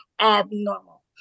abnormal